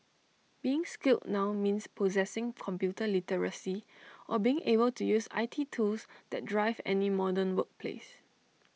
being skilled now means possessing computer literacy or being able to use I T tools that drive any modern workplace